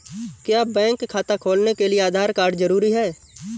क्या बैंक खाता खोलने के लिए आधार कार्ड जरूरी है?